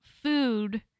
food